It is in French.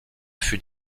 fut